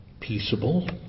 Peaceable